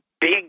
big